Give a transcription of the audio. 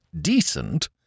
Decent